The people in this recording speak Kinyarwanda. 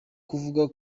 kuvuga